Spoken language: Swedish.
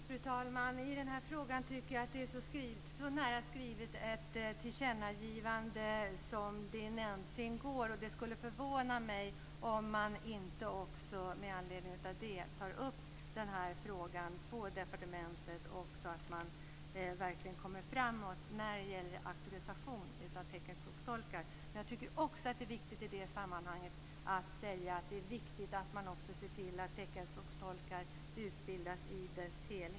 Fru talman! I den här frågan tycker jag att det är skrivet så nära ett tillkännagivande som det någonsin går. Det skulle förvåna mig om man inte med anledning av det också tar upp den här frågan på departementet så att man verkligen kommer framåt när det gäller auktorisation av teckenspråkstolkar. Men jag tycker också att det är viktigt i det sammanhanget att man även ser till att teckenspråkstolkar utbildas i en helhet.